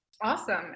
Awesome